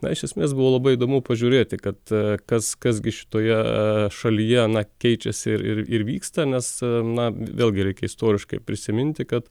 na iš esmės buvo labai įdomu pažiūrėti kad kas kas gi šitoje šalyje na keičiasi ir ir ir vyksta nes na vėlgi reikia istoriškai prisiminti kad